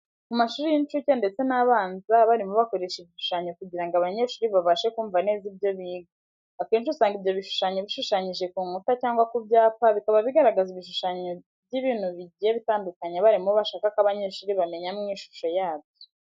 Mu mashuri y'incucye ndetse n'abanza abarimu bakoresha ibishushanyo kujyira ngo abanyeshuri babashe kumva neza ibyo biga .Akenci usanga ibyo bishushanyo bishushanyije ku nkuta cyangwa ku byapa bikaba bigaragaza ibishushanyo by'ibintu bijyiye bitandukanye abarimu bashaka ko abanyeshuri bamenya mu ishusho yabyo.